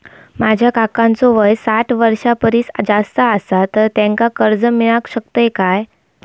माझ्या काकांचो वय साठ वर्षां परिस जास्त आसा तर त्यांका कर्जा मेळाक शकतय काय?